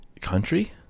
Country